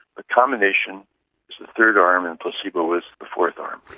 the combination was the third arm, and placebo was the fourth arm.